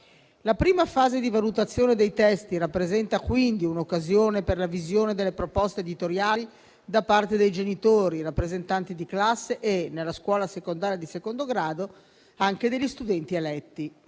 La prima fase di valutazione dei testi rappresenta, quindi, un'occasione per la visione delle proposte editoriali da parte dei genitori rappresentanti di classe e, nella scuola secondaria di secondo grado, anche degli studenti eletti.